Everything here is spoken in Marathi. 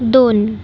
दोन